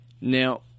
Now